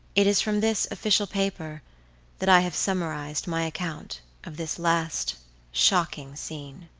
it is from this official paper that i have summarized my account of this last shocking scene.